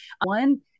One